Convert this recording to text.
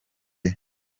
les